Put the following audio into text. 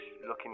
looking